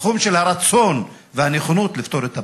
בתחום של הרצון והנכונות לפתור את הבעיה.